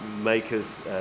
makers